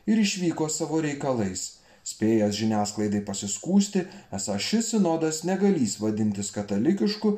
ir išvyko savo reikalais spėjęs žiniasklaidai pasiskųsti esą šis sinodas negalįs vadintis katalikišku